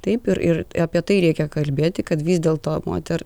taip ir ir apie tai reikia kalbėti kad vis dėlto moters